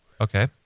Okay